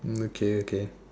okay okay